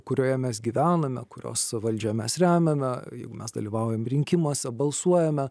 kurioje mes gyvename kurios valdžią mes remiame jeigu mes dalyvaujam rinkimuose balsuojame